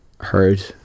heard